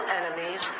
enemies